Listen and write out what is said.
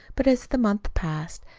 but as the month passed,